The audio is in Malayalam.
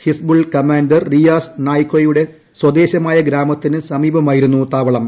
ഹിസ്ബുൽ കമാൻഡർ റിയാസ് നായ്കോയുടെ സ്വദേശമായ ഗ്രാമത്തിനു സമീപമായിരുന്നു താവളം